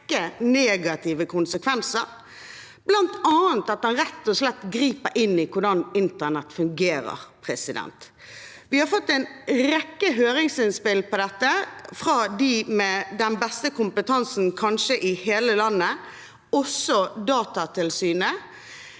det rett og slett griper inn i hvordan internett fungerer. Vi har fått en rekke høringsinnspill på dette fra de med den kanskje beste kompetansen i hele landet, også fra Datatilsynet.